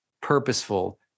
purposeful